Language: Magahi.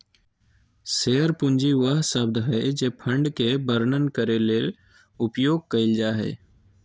शेयर पूंजी वह शब्द हइ जे फंड के वर्णन करे ले उपयोग कइल जा हइ